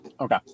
Okay